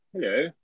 Hello